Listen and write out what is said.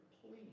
please